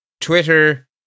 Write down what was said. Twitter